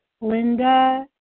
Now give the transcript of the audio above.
Linda